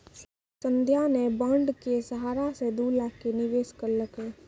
संध्या ने बॉण्ड के सहारा से दू लाख के निवेश करलकै